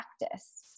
practice